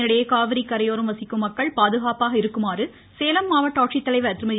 இதனிடையே காவிரி கரையோரம் வசிக்கும் மக்கள் பாதுகாப்பாக இருக்குமாறு சேலம் மாவட்ட ஆட்சித்தலைவர் திருமதி